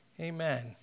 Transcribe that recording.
Amen